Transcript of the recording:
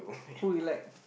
who you like